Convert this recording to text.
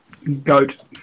Goat